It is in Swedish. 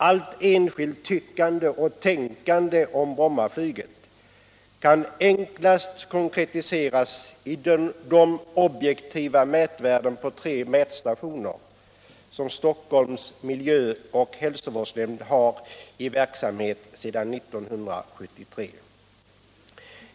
Allt enskilt tyckande och tänkande om Brommaflyget kan enklast konkretiseras i de objektiva mätvärdena från tre mätstationer, som Stockholms miljö och hälsovårdsnämnd har i verksamhet sedan 1973.